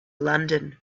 london